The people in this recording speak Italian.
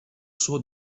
suo